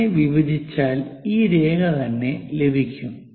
അതിനെ വിഭജിച്ചാൽ ഈ രേഖ തന്നെ ലഭിക്കും